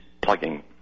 plugging